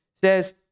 says